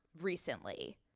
recently